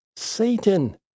Satan